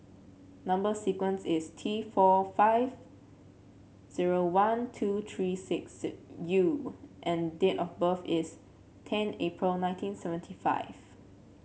number sequence is T four five zero one two three six U and date of birth is ten April nineteen seventy five